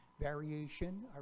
variation